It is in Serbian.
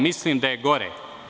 Mislim da je gore.